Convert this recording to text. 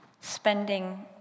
spending